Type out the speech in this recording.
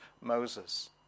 Moses